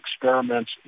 experiments